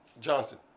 Johnson